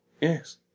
yes